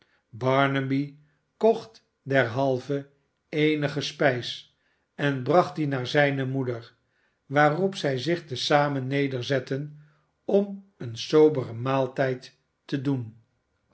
barnaby kocht derhalve eenige spijs en bracht die naar zijne moeder waarop zij zich te zamen nederzetten om een soberen maaltijd te doen